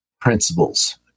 principles